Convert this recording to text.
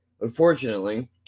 unfortunately